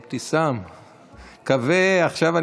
חבריי, אני